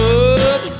good